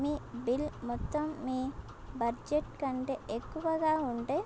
మీ bill మొత్తం మీ బడ్జెట్కంటే ఎక్కువగా ఉండే